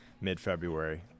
mid-february